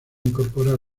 incorporar